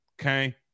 Okay